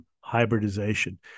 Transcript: hybridization